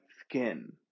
skin